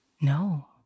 No